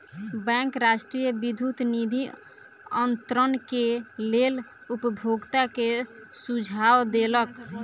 bank राष्ट्रीय विद्युत निधि अन्तरण के लेल उपभोगता के सुझाव देलक